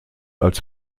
als